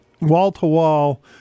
wall-to-wall